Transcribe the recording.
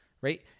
right